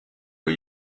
new